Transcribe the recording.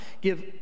give